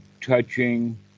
touching